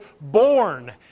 born